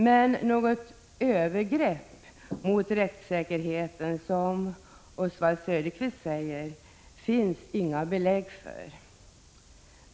Men att det förekommit övergrepp mot rättssäkerheten, som Oswald Söderqvist säger, finns det inga belägg för.